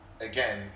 again